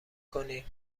کنی